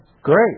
Great